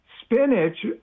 Spinach